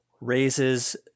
raises